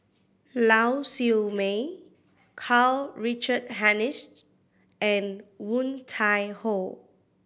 Lau Siew Mei Karl Richard Hanitsch and Woon Tai Ho